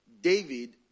david